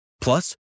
Plus